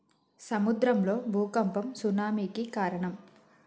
సముద్రం లో భూఖంపం సునామి కి కారణం